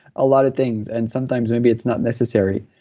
a lot of things, and sometimes maybe it's not necessary.